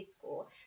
school